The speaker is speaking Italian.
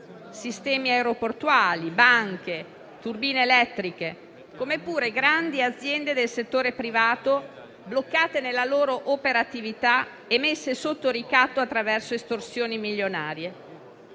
(sistemi aeroportuali, banche, turbine elettriche), come pure grandi aziende del settore privato, bloccate nella loro operatività e messe sotto ricatto attraverso estorsioni milionarie.